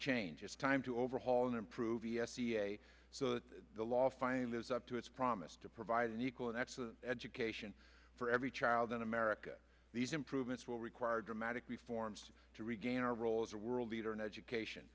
change it's time to overhaul and improve e s e a so that the law finally lives up to its promise to provide an equal and excellent education for every child in america these improvements will require dramatic reforms to regain our role as a world leader in education